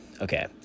Okay